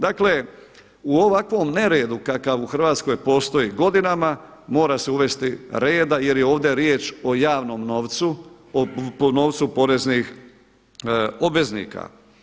Dakle u ovakvom neredu kakav u Hrvatskoj postoji godinama, mora se uvesti reda jer je ovdje riječ o javnom novcu, o novcu poreznih obveznika.